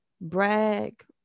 brag